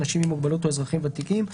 אנשים עם מוגבלות או אזרחים ותיקים.